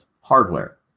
hardware